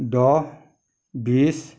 দহ বিছ